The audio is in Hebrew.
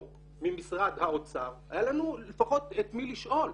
ממשרד האוצר היה לנו לפחות את מי לשאול,